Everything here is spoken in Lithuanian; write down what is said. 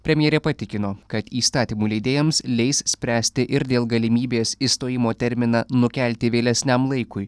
premjerė patikino kad įstatymų leidėjams leis spręsti ir dėl galimybės išstojimo terminą nukelti vėlesniam laikui